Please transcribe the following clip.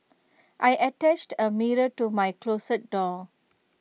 I attached A mirror to my closet door